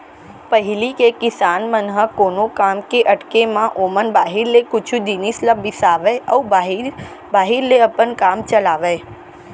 पहिली के किसान मन ह कोनो काम के अटके म ओमन बाहिर ले कुछ जिनिस ल बिसावय अउ बाहिर ले अपन काम चलावयँ